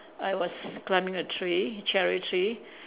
I was climbing a tree cherry tree